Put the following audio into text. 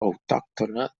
autòctona